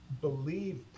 believe